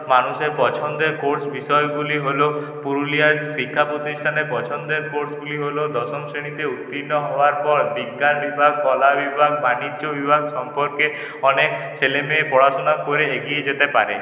মানুষের পছন্দের কোর্স বিষয়গুলি হল পুরুলিয়ার শিক্ষা প্রতিষ্ঠানের পছন্দের কোর্সগুলি হল দশম শ্রেণীতে উত্তীর্ণ হওয়ার পর বিজ্ঞান বিভাগ কলা বিভাগ বাণিজ্য বিভাগ সম্পর্কে অনেক ছেলেমেয়ে পড়াশোনা করে এগিয়ে যেতে পারে